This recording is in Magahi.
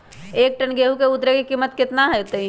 एक टन गेंहू के उतरे के कीमत कितना होतई?